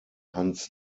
hans